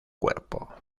cuerpo